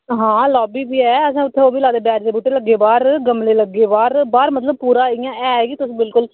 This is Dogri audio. आं लॉबी बी ओह् असें उत्थें बैरी दे बूह्टे लाये दे बाहर गमले लग्गे दे बाहर बाहर इंया मतलब पूरा